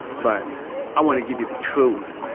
but i want to give you the truth.